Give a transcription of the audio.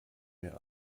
mehr